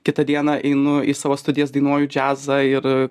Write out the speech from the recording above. kitą dieną einu į savo studijas dainuoju džiazą ir